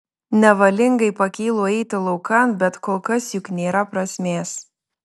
nevalingai pakylu eiti laukan bet kol kas juk nėra prasmės